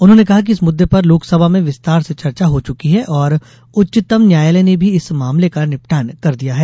उन्होंने कहा कि इस मुद्दे पर लोकसभा में विस्तार से चर्चा हो चुकी है और उच्चतम न्यायालय ने भी इस मामले का निपटान कर दिया है